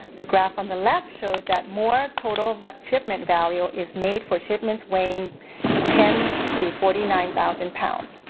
the graph on the left shows that more total but shipment value is made for shipments weighing ten to forty nine thousand pounds.